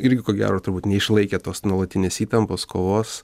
irgi ko gero turbūt neišlaikė tos nuolatinės įtampos kovos